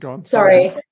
Sorry